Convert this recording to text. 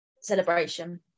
celebration